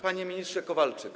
Panie Ministrze Kowalczyk!